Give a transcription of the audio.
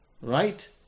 Right